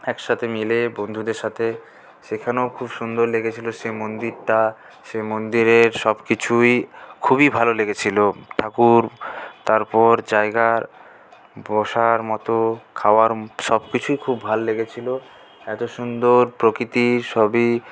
একসাথে মিলে বন্ধুদের সাথে সেখানেও খুব সুন্দর লেগেছিলো সেই মন্দিরটা সেই মন্দিরের সব কিছুই খুবই ভালো লেগেছিলো ঠাকুর তারপর জায়গার বসার মতো খাওয়ার সব কিছুই খুব ভাল লেগেছিলো এতো সুন্দর প্রকৃতির সবই